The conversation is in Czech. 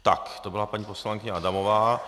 Tak to byla paní poslankyně Adamová.